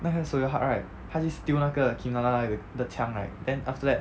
那个 seo yong hak right 他去 steal 那个 kim na na 的的抢 right then after that